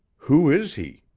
who is he?